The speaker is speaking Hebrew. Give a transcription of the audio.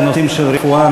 בנושאים של רפואה,